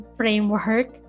framework